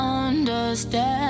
understand